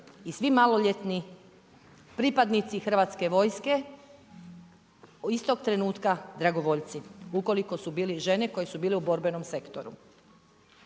i svi maloljetni pripadnici Hrvatske vojske istog trenutka dragovoljci, ukoliko su bili žene koje su bile u borbenom sektoru.